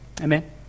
Amen